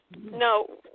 No